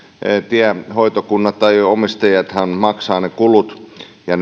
tiehoitokunnat tai omistajathan maksavat ne kulut ja